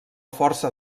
força